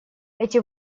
эти